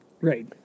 Right